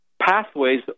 Pathways